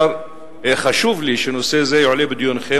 חשוב לי שנושא זה יועלה בדיונכם,